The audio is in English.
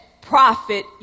profit